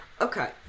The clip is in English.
Okay